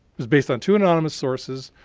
was based on two anonymous sources.